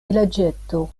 vilaĝeto